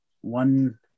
one